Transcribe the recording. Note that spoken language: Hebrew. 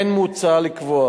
כן מוצע לקבוע